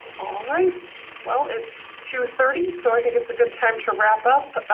alright. well it's two thirty, so i think it's a good time to wrap up.